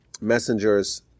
messengers